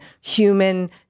human